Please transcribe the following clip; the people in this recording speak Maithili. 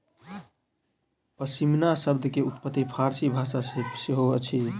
पश्मीना शब्द के उत्पत्ति फ़ारसी भाषा सॅ सेहो अछि